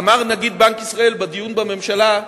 אמר נגיד בנק ישראל בדיון בממשלה,